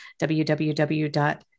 www